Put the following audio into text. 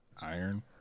Iron